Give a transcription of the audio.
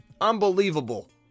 Unbelievable